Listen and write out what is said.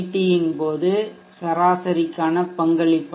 யின் போது சராசரிக்கான பங்களிப்பாகும்